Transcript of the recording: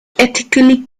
ethically